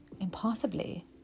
impossibly